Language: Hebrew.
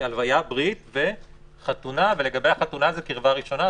ברית וחתונה" ולגבי החתונה זו קרבה ראשונה,